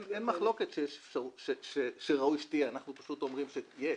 אין מחלוקת שראוי שתהיה, אנחנו פשוט אומרים שיש.